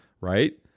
right